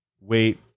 wait